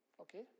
okay